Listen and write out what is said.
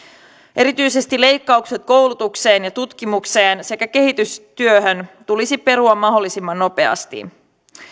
erityisesti leikkaukset koulutukseen ja tutkimukseen sekä kehitystyöhön tulisi perua mahdollisimman nopeasti